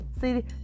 see